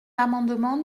l’amendement